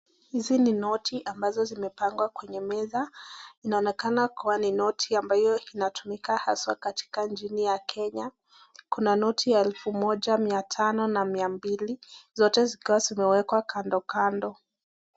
Hizi ni noti ambazo zimeweza kupangwa kwenye meza, inaonekana kuwa ni noti ambayo inatumika haswa kwenye nchini ya Kenya, kuna noti ya elfu moja mia tano na mia mbili, zote zikiwa zimewekwa kando kando.